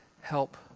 help